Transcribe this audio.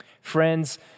Friends